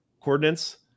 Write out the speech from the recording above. coordinates